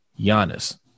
Giannis